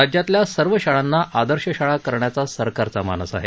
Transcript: राज्यातल्या सर्व शाळांना आदर्श शाळा करण्याचा सरकारचा मानस आहे